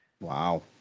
Wow